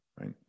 Right